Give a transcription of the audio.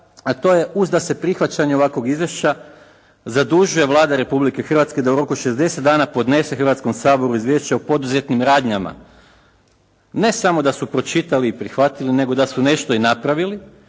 a to je uz da se prihvaćanje ovakvog izvješća zadužuje Vlada Republike Hrvatske da u roku 60 dana podnese Hrvatskom saboru izvješće o poduzetim radnjama. Ne samo da su pročitali i prihvatili, nego da su nešto i napravili